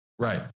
Right